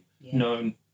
known